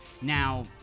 now